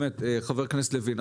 חבר הכנסת לוין,